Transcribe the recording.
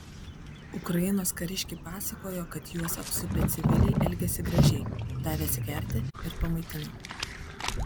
ukrainos kariškiai pasakojo kad juos apsupę civiliai elgėsi gražiai davė atsigerti ir pamaitino